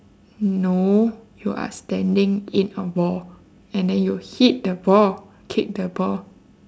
no you are standing in a ball and then you hit the ball kick the ball